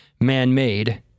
man-made